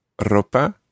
Ropa